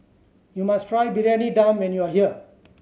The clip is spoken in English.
you must try Briyani Dum when you are here